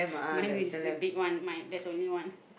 mine is the big one mine there's only one